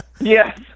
Yes